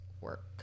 work